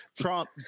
Trump